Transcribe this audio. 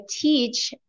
teach